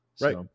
right